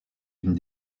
une